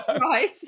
right